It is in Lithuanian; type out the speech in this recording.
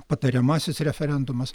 patariamasis referendumas